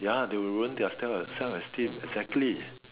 ya they would ruin their self self esteem exactly